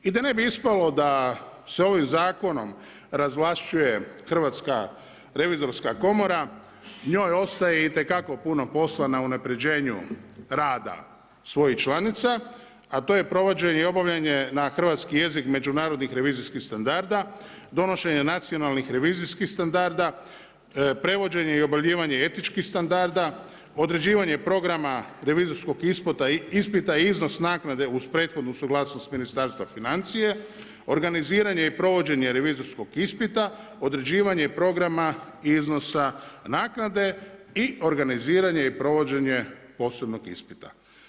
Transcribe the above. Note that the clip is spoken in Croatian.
I da ne bi ispalo da se ovim zakonom razvlašćuje Hrvatska revizorska komora njoj ostaje itekako puno posla na unapređenju rada svojih članica, a to je provođenje i obavljanje na hrvatski jezik međunarodnih revizijskih standarda, donošenje nacionalnih revizijskih standarda, prevođenje i objavljivanje etičkih standarda, određivanje programa revizorskog ispita i iznos naknade uz prethodnu suglasnost Ministarstva financija, organiziranje i provođenje revizorskog ispita, određivanje programa iznosa naknade i organiziranje i provođenje posebnog ispita.